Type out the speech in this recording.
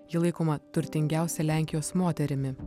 ji laikoma turtingiausia lenkijos moterimi